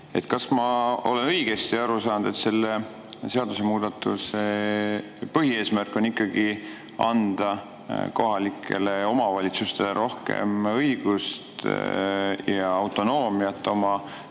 Kas ma olen õigesti aru saanud, et selle seadusemuudatuse põhieesmärk on ikkagi anda kohalikele omavalitsustele rohkem õigust ja autonoomiat oma